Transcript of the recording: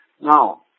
Now